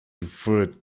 afoot